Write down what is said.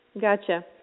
Gotcha